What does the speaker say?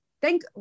thank